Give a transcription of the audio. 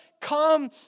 come